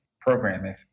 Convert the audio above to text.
programming